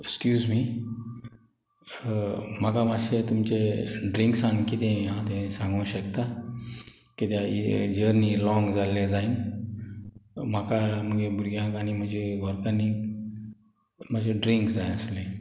excuse me म्हाका मातशें तुमचे ड्रिंक्सान किदें हांव तें सांगूं शकता कित्याक ये जर्नी लाँग जाल्लें जायन म्हाका भुरग्यांक आनी म्हजे घोरकांनीक मात्शें ड्रिंक्स जाय आसलें